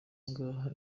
ngaha